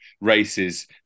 races